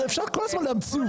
אפשר כל הזמן להמציא עובדות,